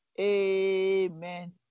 Amen